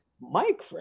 Mike